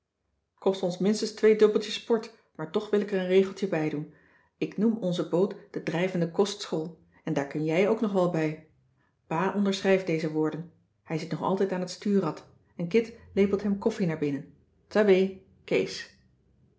kost ons minstens twee dubbeltjes port maar toch wil ik er een regeltje bijdoen ik noem onze boot de drijvende kostschool en daar kun jij ook nog wel bij pa onderschrijft deze woorden hij zit nog altijd aan het stuurrad en kit lepelt hem koffie naar binnen tabeh kees